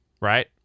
right